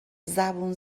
زبون